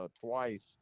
twice